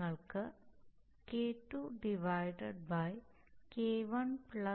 നിങ്ങൾക്ക് K2 K1